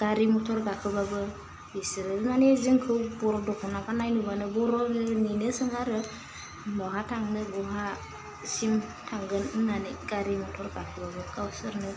गारि मटर गाखोबाबो बिसोरो मानि जोंखौ बर' दख'ना गाननाय नुबानो बर' निनो सोङो आरो बहा थांनो बहा सिम थांगोन होननानै गारि मटर गाखोबाबो गावसोरनो